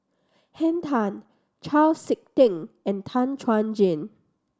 Henn Tan Chau Sik Ting and Tan Chuan Jin